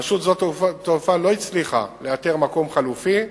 רשות שדות התעופה לא הצליחה לאתר מקום חלופי,